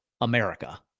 America